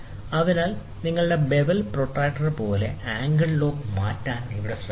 അതിനാൽ നിങ്ങളുടെ bevel protractor പോലെ ആംഗിൾ ലോക്ക് മാറ്റാൻ ഇവിടെ ശ്രമിക്കാം